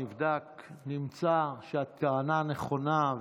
זה נבדק ונמצא שהטענה נכונה.